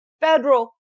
federal